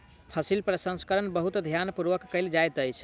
फसील प्रसंस्करण बहुत ध्यान पूर्वक कयल जाइत अछि